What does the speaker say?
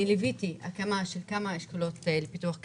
ליוויתי הקמה של כמה אשכולות פיתוח כלכלי,